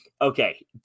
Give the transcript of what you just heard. Okay